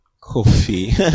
coffee